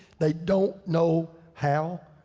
they don't know how,